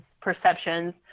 perceptions